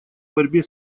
борьбе